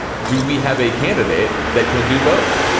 do we have a candidate that can do both?